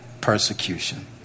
persecution